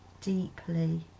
deeply